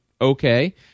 okay